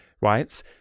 right